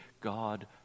God